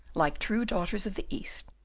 like true daughters of the east,